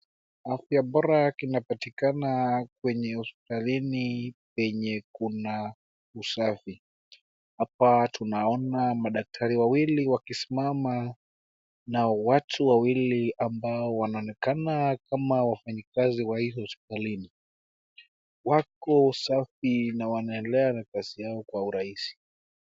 Afya bora inapatikana kwenye hospitalini penye kuna usafi, hapa tunaona madaktari wawili wakisimama na watu wawili ambao wanaonekana kama wafanyikazi wa hii hospitali, wako safi na wanaendelea na kazi yao kwa urahisi .